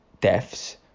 deaths